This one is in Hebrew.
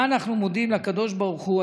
על מה אנחנו מודים לקדוש ברוך הוא?